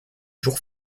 jours